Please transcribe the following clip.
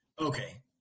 okay